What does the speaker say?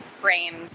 framed